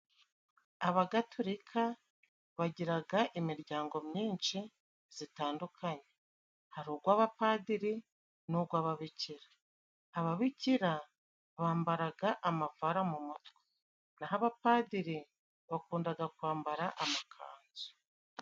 Abagatolika bagiraga imiryango myinshi zitandukanye, hari ugw'abapadiri nugw'ababikirara. Ababikira bambaraga amavara mu mutwe naho abapadiri bakundaga kwambara amakanzu.